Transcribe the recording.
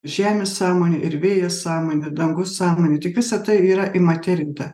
žemė sąmonė ir vėjas sąmonė dangus sąmonė tik visa tai yra įmaterinta